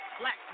black